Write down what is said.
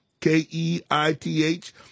K-E-I-T-H